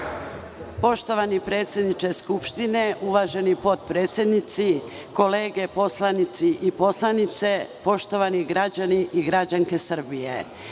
Poštovani predsedniče Skupštine, uvaženi potpredsednici, kolege poslanici i poslanice, poštovani građani i građanke Srbije,